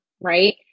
Right